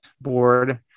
board